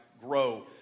grow